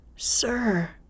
Sir